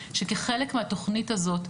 שכחלק מהתוכנית הזאת,